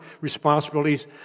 responsibilities